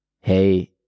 hey